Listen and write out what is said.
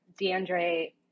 DeAndre